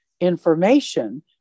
information